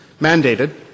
mandated